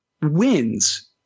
wins